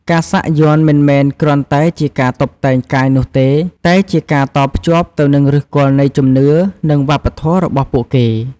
ការសាក់យ័ន្តមិនមែនគ្រាន់តែជាការតុបតែងកាយនោះទេ តែជាការតភ្ជាប់ទៅនឹងឫសគល់នៃជំនឿ និងវប្បធម៌របស់ពួកគេ។